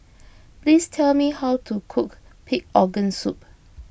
please tell me how to cook Pig Organ Soup